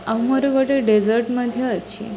ଆଉ ମୋର ଗୋଟେ ଡେଜର୍ଟ ମଧ୍ୟ ଅଛି